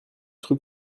trucs